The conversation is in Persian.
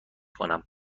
کنم